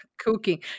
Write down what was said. cooking